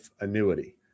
annuity